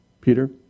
Peter